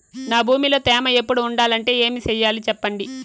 నా భూమిలో తేమ ఎప్పుడు ఉండాలంటే ఏమి సెయ్యాలి చెప్పండి?